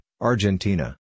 Argentina